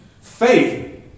Faith